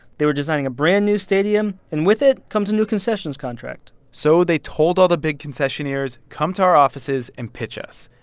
they were designing a brand-new stadium, and with it comes a new concessions contract so they told all the big concessionaires come to our offices, and pitch us.